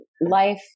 life